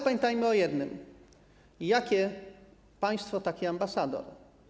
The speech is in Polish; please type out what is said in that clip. Pamiętajmy o jednym: jakie państwo, taki ambasador.